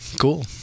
Cool